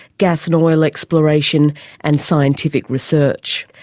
gas and oil exploration and scientific research.